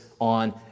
on